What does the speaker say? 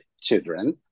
children